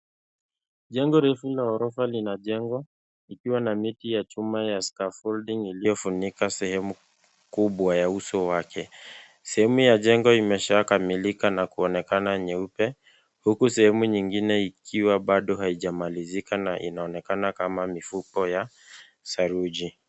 Jengo refu la ghorofa linajengwa, likiwa na miti ya chuma ya scaffolding iliyofunika sehemu kubwa ya uso wake. Sehemu ya jengo imeshakamilika na kuonekana nyeupe, huku sehemu nyingine ikiwa bado haijakamilika na inaonekana kama mifuko ya saruji.